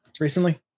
recently